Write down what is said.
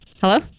Hello